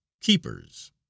keepers